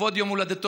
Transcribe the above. לכבוד יום הולדתו,